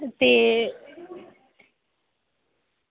ते